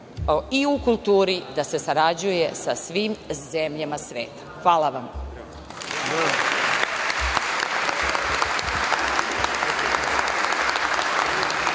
i u kulturi da se sarađuje sa svim zemljama sveta. Hvala vam.